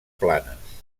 planes